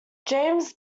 james